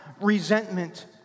resentment